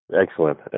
Excellent